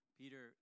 peter